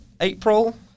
April